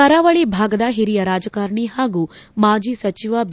ಕರಾವಳಿ ಭಾಗದ ಹಿರಿಯ ರಾಜಕಾರಿಣಿ ಹಾಗೂ ಮಾಜಿ ಸಚಿವ ಬಿ